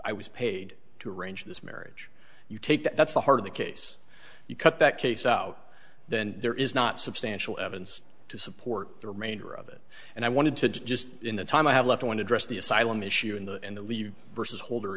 i was paid to arrange this marriage you take that's the heart of the case you cut that case out then there is not substantial evidence to support the remainder of it and i wanted to just in the time i have left i want to dress the asylum issue in the in the levy versus holder